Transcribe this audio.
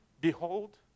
Behold